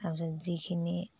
তাৰপিছত যিখিনি